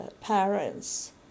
parents